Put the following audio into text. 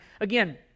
again